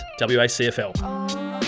WACFL